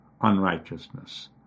unrighteousness